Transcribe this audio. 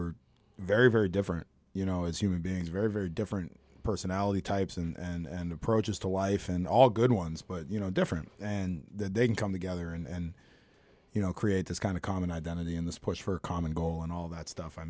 are very very different you know as human beings very very different personality types and approaches to life and all good ones but you know different and they can come together and you know create this kind of common identity and this push for a common goal and all that stuff i